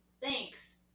Thanks